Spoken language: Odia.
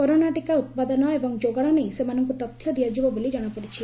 କରୋନା ଟିକା ଉତ୍ପାଦନ ଏବଂ ଯୋଗାଣ ନେଇ ସେମାନଙ୍କୁ ତଥ୍ୟ ଦିଆଯିବ ବୋଲି ଜଣାପଡ଼ିଛି